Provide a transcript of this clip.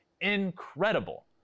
incredible